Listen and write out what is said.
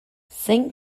zein